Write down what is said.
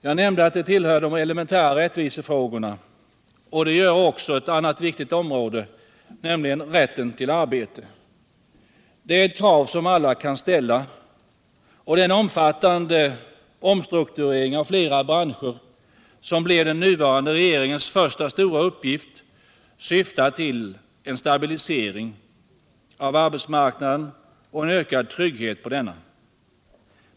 Jag nämnde att vuxenutbildningen tillhör de elementära rättvisefrågorna, och det gör också ett annat viktigt område, nämligen rätten till arbete. Det är ett krav som alla kan ställa, och den omfattande omstrukturering av flera branscher som blev den nuvarande regeringens första stora uppgift syftar till en stabilisering av arbetsmarknaden och en ökad trygghet och sysselsättnng.